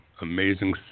amazing